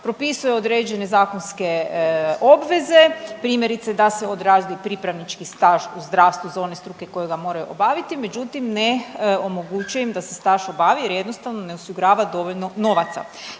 propisuje određene zakonske obveze primjerice da se odradi pripravnički staž u zdravstvu za one struke koje ga moraju obaviti međutim ne omogućuje im da se staž obavi jer jednostavno ne osigurava dovoljno novaca.